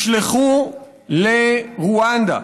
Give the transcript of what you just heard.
שנשלחו לרואנדה.